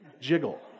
jiggle